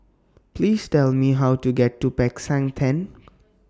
Please Tell Me How to get to Peck San Theng